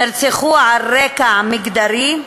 נרצחו על רקע מגדרי,